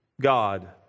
God